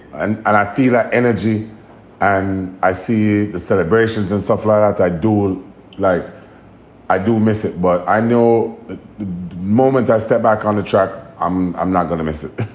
and and i feel that energy and i see the celebrations and stuff like that. i do like i do miss it. but i know that the moment i step back on the track, i'm i'm not going to miss it.